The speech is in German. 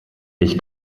ich